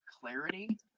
clarity